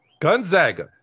Gonzaga